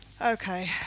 Okay